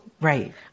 right